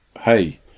Hey